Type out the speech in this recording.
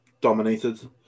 dominated